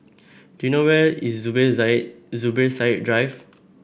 do you know where is Zubir Zubir Said Drive